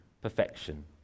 perfection